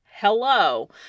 Hello